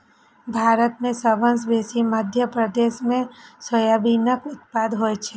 भारत मे सबसँ बेसी मध्य प्रदेश मे सोयाबीनक उत्पादन होइ छै